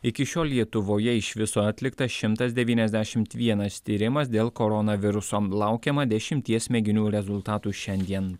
iki šiol lietuvoje iš viso atlikta šimtas devyniasdešimt vienas tyrimas dėl koronaviruso laukiama dešimties mėginių rezultatų šiandien